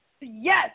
Yes